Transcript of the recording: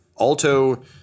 alto